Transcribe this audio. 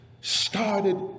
started